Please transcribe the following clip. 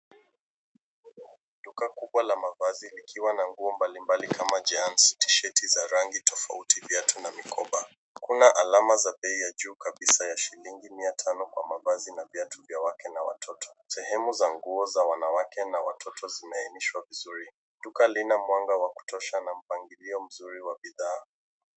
Duka kubwa la mavazi likiwa na nguo mbalimbali kama jeans , tisheti za rangi tofauti, viatu na mikoba. Kuna alama za bei ya juu kabisa ya shilingi mia tano kwa mavazi na viatu vya wake na watoto. Sehemu za nguo za wanawake na watoto zimeonyeshwa vizuri. Duka lina mwanga wa kutosha na mpangilio mzuri wa bidhaa.